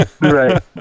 Right